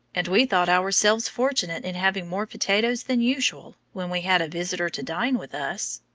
and we thought ourselves fortunate in having more potatoes than usual, when we had a visitor to dine with us.